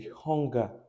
hunger